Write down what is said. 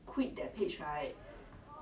that's damn troublesome